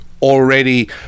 already